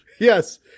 Yes